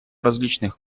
различных